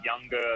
younger